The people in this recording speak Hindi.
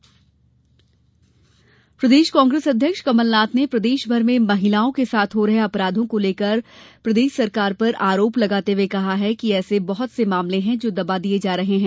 महिला मामले प्रदेश कांग्रेस अध्यक्ष कमलनाथ ने प्रदेश भर में महिलाओं के साथ हो रहे अपराधों को लेकर प्रदेश सरकार पर आरोप लगाते हुए कहा कि ऐसे बहुत से मामले है जो दबा दिए जा रहे है